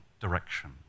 direction